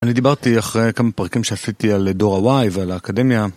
אני דיברתי אחרי כמה פרקים שעשיתי על דור ה-Y ועל האקדמיה